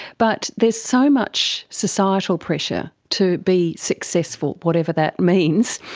but there's so much societal pressure to be successful, whatever that means.